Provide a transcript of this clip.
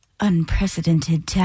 unprecedented